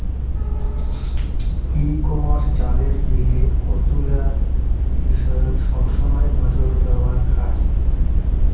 ই commerce চালের গেইলে কতুলা বিষয়ত সবসমাই নজর দ্যাওয়া খায়